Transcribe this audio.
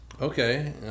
Okay